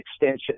extension